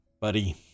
buddy